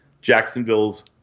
Jacksonville's